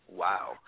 wow